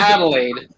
Adelaide